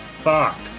fuck